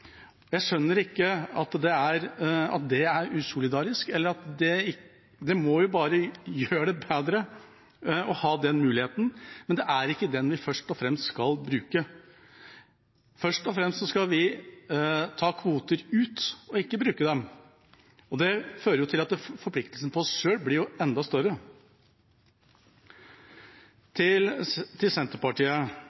Jeg skjønner ikke at det er usolidarisk, det må jo bare gjøre det bedre å ha den muligheten. Men det er ikke den vi først og fremst skal bruke, først og fremst skal vi ta kvoter ut og ikke bruke dem. Det fører til at forpliktelsen for oss selv blir enda større.